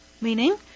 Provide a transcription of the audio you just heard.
Meaning